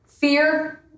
Fear